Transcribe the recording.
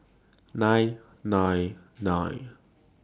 nine nine nine